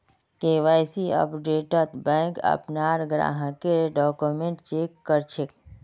KYC अपडेटत bank अपनार ग्राहकेर डॉक्यूमेंट चेक कर छेक